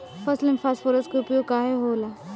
फसल में फास्फोरस के उपयोग काहे होला?